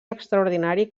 extraordinari